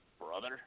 brother